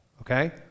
okay